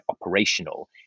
operational